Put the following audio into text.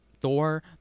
thor